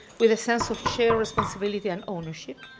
with a sense of shared responsibility and ownership,